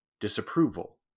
Disapproval